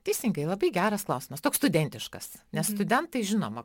teisingai labai geras klausimas toks studentiškas nes studentai žinoma